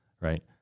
right